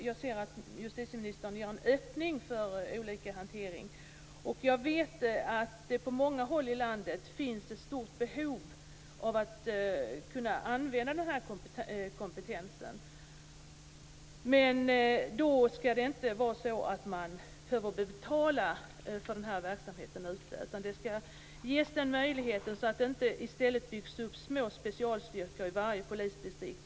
Jag ser att justitieministern lämnar en öppning för olika sorters hantering. Jag vet att det på många håll i landet finns ett stort behov av att kunna använda den här kompetensen. Men då skall det inte vara så att man behöver betala för den här verksamheten. De skall ges den här möjligheten så att det inte i stället byggs upp små specialstyrkor i varje polisdistrikt.